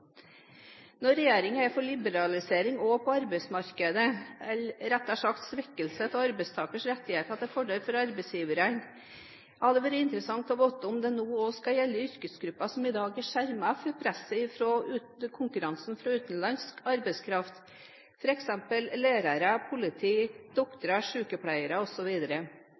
Når regjeringen er for liberalisering også på arbeidsmarkedet, eller rettere sagt svekkelse av arbeidstakernes rettigheter til fordel for arbeidsgiverne, hadde det vært interessant å få vite om det nå også skal gjelde yrkesgrupper som i dag er skjermet for presset fra konkurransen fra utenlandsk arbeidskraft, f.eks. lærere, politi,